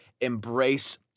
embrace